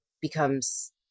becomes